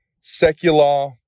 secular